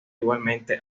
igualmente